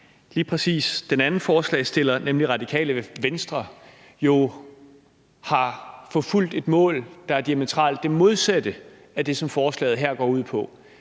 lige præcis den anden forslagsstiller, nemlig Radikale Venstre, jo har forfulgt et mål, der er diametralt det modsatte af det, som forslaget her går ud på?